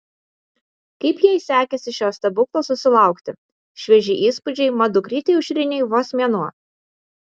kaip jai sekėsi šio stebuklo susilaukti švieži įspūdžiai mat dukrytei aušrinei vos mėnuo